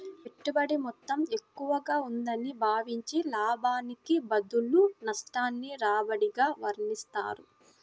పెట్టుబడి మొత్తం ఎక్కువగా ఉందని భావించి, లాభానికి బదులు నష్టాన్ని రాబడిగా వర్ణిస్తారు